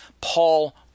Paul